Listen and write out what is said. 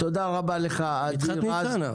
תודה רבה לך עדי רז.